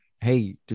Hey